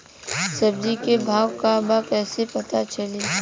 सब्जी के भाव का बा कैसे पता चली?